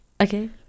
Okay